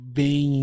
bem